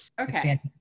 Okay